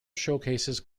showcases